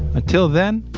until then,